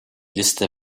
liste